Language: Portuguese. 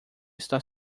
está